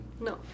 No